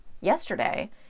yesterday